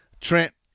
Trent